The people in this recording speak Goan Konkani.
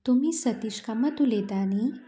तुमी सतीश कामत उलयता न्ही